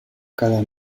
cada